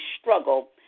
struggle